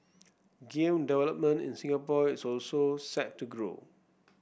game development in Singapore is also set to grow